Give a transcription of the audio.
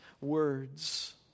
Words